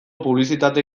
publizitate